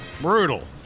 Brutal